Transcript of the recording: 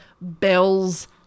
bells